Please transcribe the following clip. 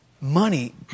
money